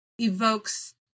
evokes